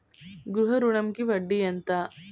గృహ ఋణంకి వడ్డీ ఎంత?